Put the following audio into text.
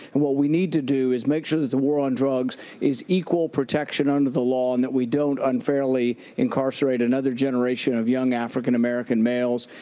and what we need to do is make sure that the war on drugs is equal protection under the law and that we don't unfairly incarcerate another generation of young african-american males.